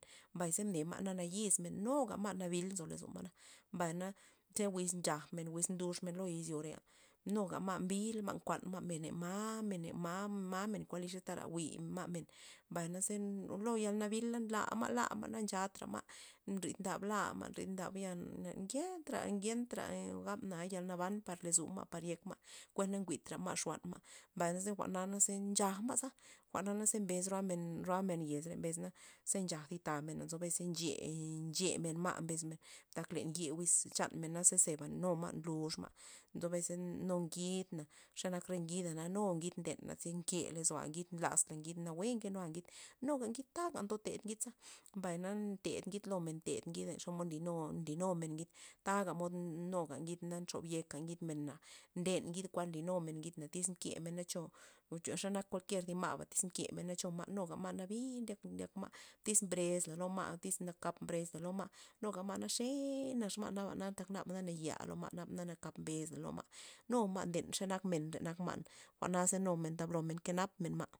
Mbay ze mne ma' na nayix men nuga ma' nabil nzo lozo ma', mbay na ta wiz nchaj men wiz nlux men lo izyore'a, nuga ma' mbil ma', nkuan ma' men, len ma men kuan nliy tera jwi'ma' men mbay naze lo yal nabila ndla ma' la ma' na nchatra ma' ndrid ndab la ma' ndrid ndab ya na ngentra ngenta gabmen yal naban par lozo ma' par yek ma', kuen na njwi'tra ma' xu anma', mbay na ze le jwa'na naze nchaj ma'za jwa'na naze mbes ro'a men ro'a men yez re mbesna, ze nchaj thi tamen mena nzo bes nche- nche men ma' mbes men, tak len ye wiza chanmen za zeba nu ma' nlux ma', nzo bes este nu ngid na, xe nak re ngida nu ngid nden iz nke lozo'a ngid nlazla ngid nawue nkenua ngid, nuga ngid taga ndoted ngidza, mbay na nted ngid lomen nted ngida len xomod nlynumen ngid taga mod nuga ngid za nxob yek ka ngid men na, nde ngid kuan nlynumen ngid na tyz mke mena cho o cho xa nak kualkier zi ma'ba tyz mkemena cho ma' nuga ma' nabil ndyak ma' tyz mbresla lo ma' tyz nakap mbresla lo ma' nuga ma' xee nax ma' naba na tak naba nayi'a lo ma'nabana kap mbes la lo ma', nu ma' nden xe nak men xa nak men nden ma' jwa'naza nu men ndablo men ke napmen ma'.